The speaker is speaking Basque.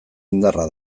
indarra